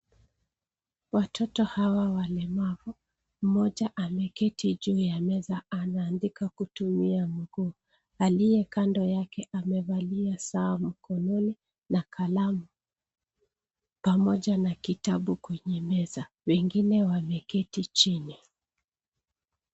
Watoto hawa walemavu. Mmoja ameketi juu ya meza anaandika kutumia mguu, aliye kando yake amevalia saa mkononi na kalamu pamoja na kitabu kwenye meza. Wengine wameketi chini.